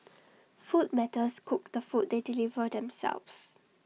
food matters cook the food they deliver themselves